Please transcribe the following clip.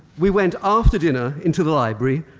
we went after dinner into the library,